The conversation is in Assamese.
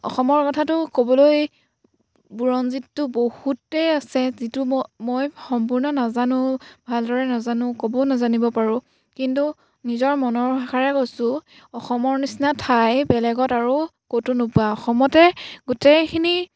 অসমৰ কথাটো ক'বলৈ বুৰঞ্জীততো বহুতেই আছে যিটো ম মই সম্পূৰ্ণ নাজানো ভালদৰে নাজানো ক'বও নাজানিব পাৰোঁ কিন্তু নিজৰ মনৰ ভাষাৰে কৈছোঁ অসমৰ নিচিনা ঠাই বেলেগত আৰু ক'তো নোপোৱা অসমতে গোটেইখিনি